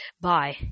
bye